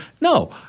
no